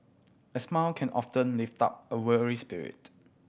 a smile can often lift up a weary spirit